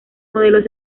modelos